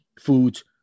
foods